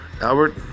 Albert